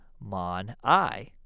mon-i